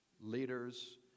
leaders